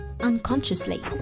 unconsciously